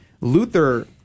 Luther